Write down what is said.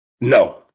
No